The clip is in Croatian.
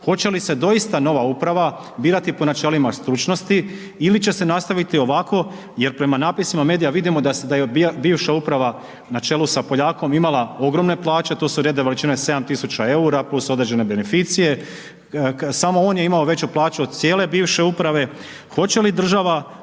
hoće li se doista nova uprava birati po načelima stručnosti ili će se nastaviti ovako jer prema napisima medija vidimo da je bivša uprava na čelu sa Poljakom imala ogromne plaće, tu su redovi veličine 7.000,00 EUR-a + određene beneficije, samo on je imao veću plaću od cijele bivše uprave,